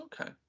Okay